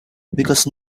because